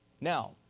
Now